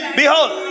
behold